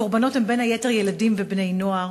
הקורבנות הם, בין היתר, ילדים ובני-נוער.